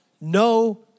no